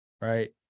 Right